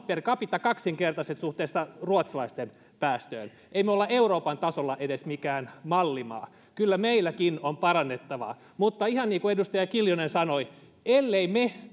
per capita kaksinkertaiset suhteessa ruotsalaisten päästöihin emme me ole edes euroopan tasolla mikään mallimaa kyllä meilläkin on parannettavaa mutta ihan niin kuin edustaja kiljunen sanoi ellemme me